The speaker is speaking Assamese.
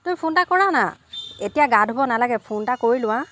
তুমি ফোন এটা ক'ৰানা এতিয়া গা ধুব নালাগে ফোন এটা কৰি লোৱা